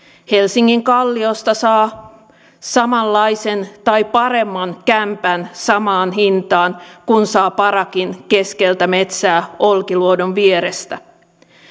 helsingin kalliosta saa samanlaisen tai paremman kämpän samaan hintaan kuin saa parakin keskeltä metsää olkiluodon vierestä